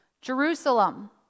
Jerusalem